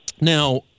Now